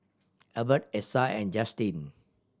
Elbert Essa and Justyn